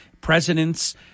presidents